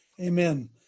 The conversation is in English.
Amen